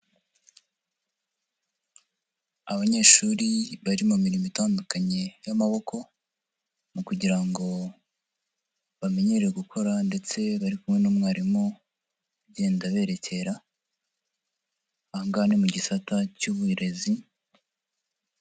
Abanyeshuri bari mu mirimo itandukanye y'amaboko mu kugira ngo bamenyere gukora, ndetse bari kumwe n'umwarimu ugenda aberekera aha ngaha ni mu gisata cy'uburezi.